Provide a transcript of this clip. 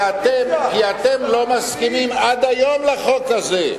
כי אתם לא מסכימים עד היום לחוק הזה.